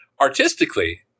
Artistically